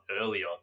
earlier